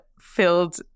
filled